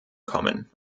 kommen